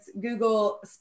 Google